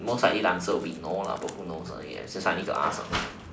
most likely the answer would be no lah but who knows ah I still need to ask ah